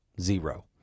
zero